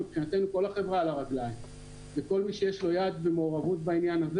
כל החברה על הרגליים וכל מי שיש לו יד ומעורבות בעניין הזה